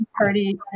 Party